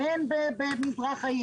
היכן שחפרו את הרכבת הקלה ואין במזרח העיר,